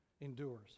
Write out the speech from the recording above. endures